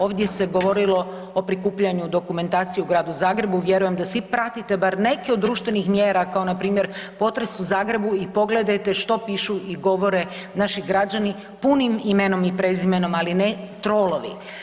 Ovdje se govorilo o prikupljanju dokumentacije u Gradu Zagrebu, vjerujem da svi pratite bar neke od društvenih mjera kao npr. potres u Zagrebu i pogledajte što pišu i govore naši građani punim imenom i prezimenom, ali ne trolovi.